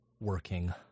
working